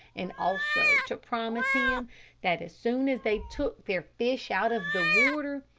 and also to promise him that as soon as they took their fish out of the water,